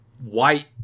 white